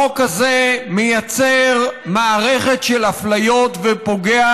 החוק הזה מייצר מערכת של אפליות ופוגע